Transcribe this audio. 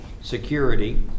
security